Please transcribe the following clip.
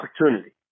opportunity